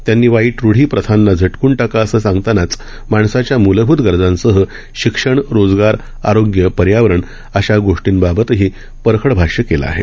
त्यांनी वाई रूढी प्रथांना झ कुन ाका असे सांगतानाच माणसाच्या मुलभूत गरजांसह शिक्षण रोजगार आरोग्य पर्यावरण अशा गोष्टींबाबतही परखड भाष्य केलं आहे